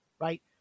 right